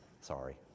Sorry